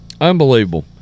Unbelievable